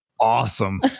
awesome